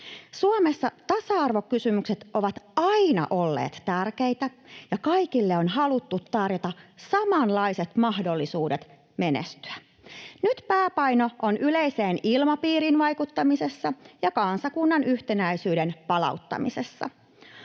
Suomessa tasa-arvokysymykset ovat aina olleet tärkeitä ja kaikille on haluttu tarjota samanlaiset mahdollisuudet menestyä. Nyt pääpaino on yleiseen ilmapiiriin vaikuttamisessa ja kansakunnan yhtenäisyyden palauttamisessa.